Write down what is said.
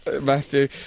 Matthew